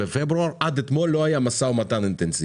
עד אתמול לא היה משא ומתן אינטנסיבי?